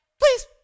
Please